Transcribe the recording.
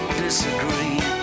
disagree